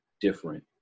different